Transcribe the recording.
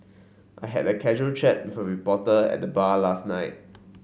I had a casual chat with a reporter at the bar last night